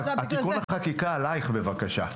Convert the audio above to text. תיקון החקיקה עליך, בבקשה.